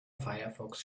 firefox